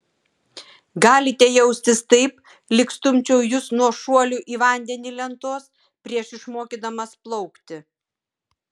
galite jaustis taip lyg stumčiau jus nuo šuolių į vandenį lentos prieš išmokydamas plaukti